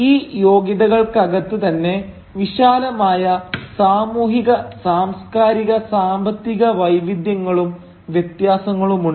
ഈ യോഗ്യതകൾക്കകത്ത് തന്നെ വിശാലമായ സാമൂഹിക സാംസ്കാരിക സാമ്പത്തിക വൈവിധ്യങ്ങളും വ്യത്യാസങ്ങളുമുണ്ട്